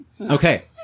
Okay